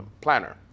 planner